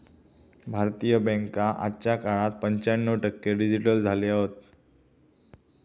भारतीय बॅन्का आजच्या काळात पंच्याण्णव टक्के डिजिटल झाले हत